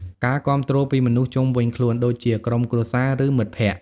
ការគាំទ្រពីមនុស្សជុំវិញខ្លួន ដូចជាក្រុមគ្រួសារ ឬមិត្តភក្តិ។